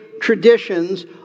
traditions